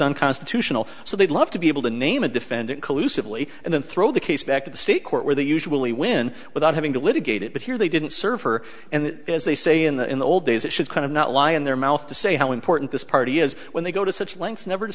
unconstitutional so they'd love to be able to name a defendant collusive lee and then throw the case back to the state court where they usually win without having to litigate it but here they didn't serve her and as they say in the old days it should kind of not lie in their mouth to say how important this party is when they go to such lengths never to